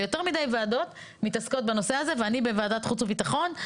ויותר מידי ועדות מתעסקות בנושא הזה ואני בוועדת חוץ וביטחון.